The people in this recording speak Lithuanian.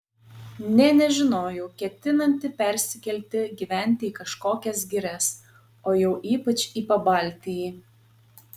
nė nežinojau ketinanti persikelti gyventi į kažkokias girias o jau ypač į pabaltijį